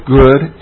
good